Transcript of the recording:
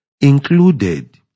included